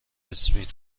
اسمیت